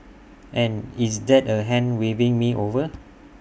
and is that A hand waving me over